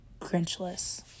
Grinchless